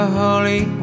holy